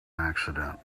accident